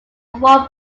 one